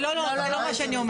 אתה כאילו אומר: